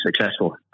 successful